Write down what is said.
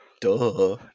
Duh